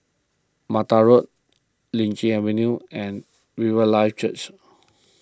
Mattar Road Lichi Avenue and Riverlife Church